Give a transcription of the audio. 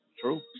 True